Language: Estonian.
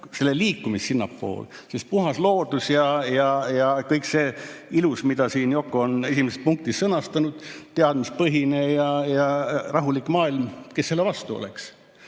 ja liikumist selle poole, sest puhas loodus ja kõik see ilus, mida Yoko on esimeses punktis sõnastanud, teadmistepõhine ja rahulik maailm – kes selle vastu oleks?